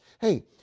Hey